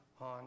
on